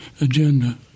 agenda